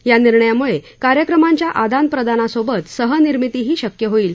या निर्णयामुळे कार्यक्रमांच्या आदानप्रदानासोबत सहनिर्मितीही शक्य होईल